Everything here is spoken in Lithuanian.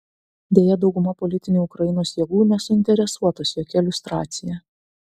deja dauguma politinių ukrainos jėgų nesuinteresuotos jokia liustracija